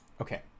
Okay